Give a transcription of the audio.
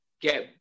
get